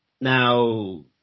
Now